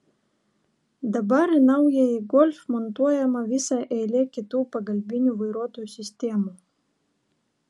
dabar į naująjį golf montuojama visa eilė kitų pagalbinių vairuotojo sistemų